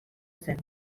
zen